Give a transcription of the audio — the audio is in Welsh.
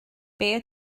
beth